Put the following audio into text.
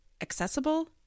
accessible